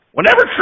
Whenever